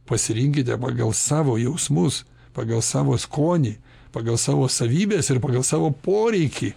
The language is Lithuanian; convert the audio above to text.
pasirinkite pagal savo jausmus pagal savo skonį pagal savo savybes ir pagal savo poreikį